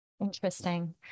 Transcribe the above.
Interesting